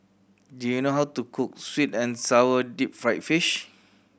do you know how to cook sweet and sour deep fried fish